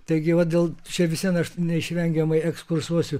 taigi va dėl čia vis vien aš neišvengiamai ekskursuosiu